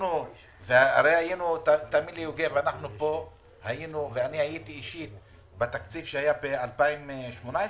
תאמין לי, יוגב, הייתי בדיוני התקציב ב-2018,